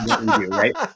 right